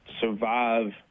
survive